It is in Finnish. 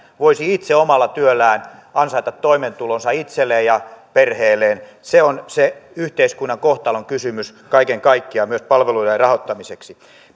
voisi omalla työllään ansaita toimeentulonsa itselleen ja perheelleen se on se yhteiskunnan kohtalonkysymys kaiken kaikkiaan myös palvelujen rahoittamiseksi